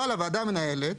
אבל הוועדה המנהלת